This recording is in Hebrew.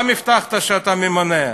גם הבטחת שאתה ממנה.